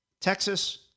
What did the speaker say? Texas